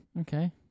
Okay